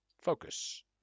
focus